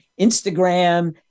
Instagram